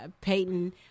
Peyton